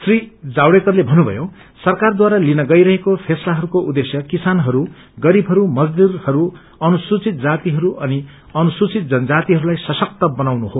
श्री जावड़ेकरले भन्नुभयो सरकार बारा लिन गइरहेको फैसलाहरूको उद्देश्य किसानहरू गरीवहरू मजदुरहरू अनुसूचित जातिहरू अनि अनुसूचित जनजातिहरू लाई सशक्त गनाउनु हो